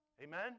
Amen